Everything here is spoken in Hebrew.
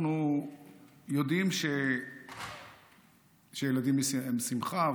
אנחנו יודעים שילדים הם שמחה,